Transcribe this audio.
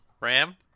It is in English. Ram